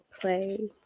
play